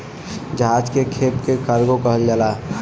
जहाज के खेप के कार्गो कहल जाला